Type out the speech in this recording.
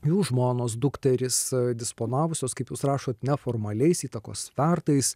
jų žmonos dukterys disponavusios kaip jūs rašot neformaliais įtakos svertais